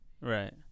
Right